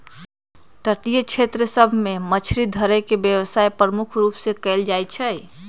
तटीय क्षेत्र सभ में मछरी धरे के व्यवसाय प्रमुख रूप से कएल जाइ छइ